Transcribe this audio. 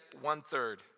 one-third